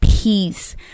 peace